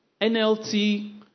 nlt